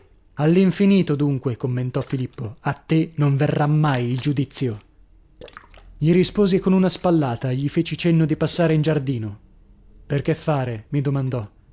all'infinito dunque commentò filippo a te non verrà mai il giudizio gli risposi con una spallata e gli feci cenno di passare in giardino per che fare mi domandò